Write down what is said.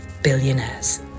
billionaires